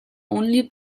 only